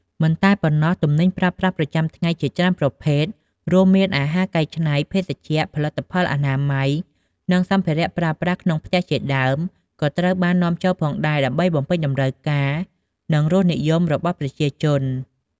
មិនតែប៉ុណ្ណោះ ទំនិញប្រើប្រាស់ប្រចាំថ្ងៃ ជាច្រើនប្រភេទ រួមមានអាហារកែច្នៃ ភេសជ្ជៈ ផលិតផលអនាម័យ និងសម្ភារៈប្រើប្រាស់ក្នុងផ្ទះជាដើម ក៏ត្រូវបាននាំចូលផងដែរ ដើម្បីបំពេញតម្រូវការ និងរសនិយមរបស់ប្រជាជន។